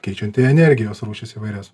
keičiant į energijos rūšis įvairias